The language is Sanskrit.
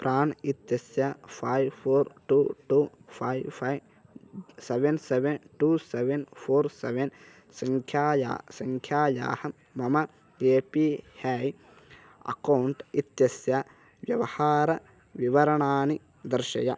प्राण् इत्यस्य five four two two five five seven seven two seven four seven सङ्ख्यायाः सङ्ख्यायाः मम ए पी है अकौण्ट् इत्यस्य व्यवहारविवरणानि दर्शय